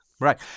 right